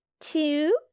two